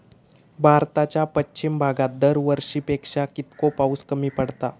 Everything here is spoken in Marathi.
भारताच्या पश्चिम भागात दरवर्षी पेक्षा कीतको पाऊस कमी पडता?